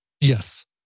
Yes